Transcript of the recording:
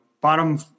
bottom